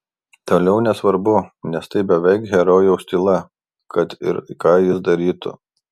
toliau nesvarbu nes tai beveik herojaus tyla kad ir ką jis darytų